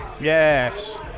Yes